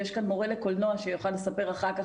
יש כאן מורה לקולנוע שיוכל לספר אחר כך